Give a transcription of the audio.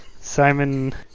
Simon